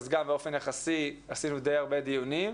אז גם באופן יחסי עשינו די הרבה דיונים,